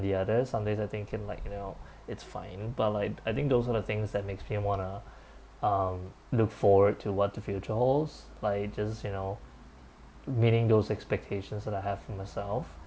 the other some days I thinking like you know it's fine but like I think those are the things that makes me want to um look forward to what the future holds like just you know meeting those expectations that I have for myself